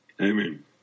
Amen